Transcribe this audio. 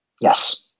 Yes